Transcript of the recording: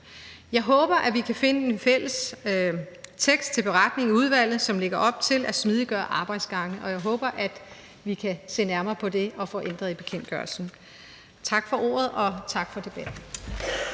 Jeg håber, at vi kan finde en fælles tekst til beretning i udvalget, som lægger op til at smidiggøre arbejdsgange, og jeg håber, at vi kan se nærmere på det og få ændret i bekendtgørelsen. Tak for ordet, og tak for debatten.